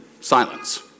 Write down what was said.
silence